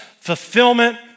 fulfillment